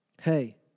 hey